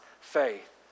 faith